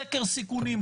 סקר סיכונים,